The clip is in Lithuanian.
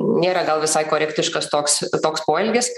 nėra gal visai korektiškas toks toks poelgis